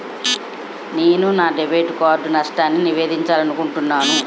నేను నా debit card నష్టాన్ని నివేదించాలనుకుంటున్నాను